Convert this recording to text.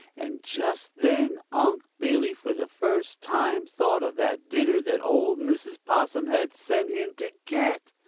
and just then unc' billy for the first time thought of that dinner that old mrs. possum had sent him to get.